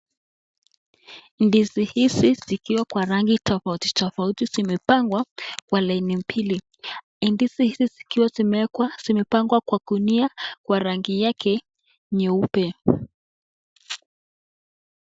Ndizi hizi zikiwa kwa rangi tofauti tofauti zimepangwa kwa laini mbili. Ndizi hizi zikiwa zimewekwa zimepangwa kwa gunia kwa rangi yake nyeupe.